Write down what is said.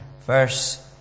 verse